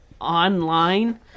online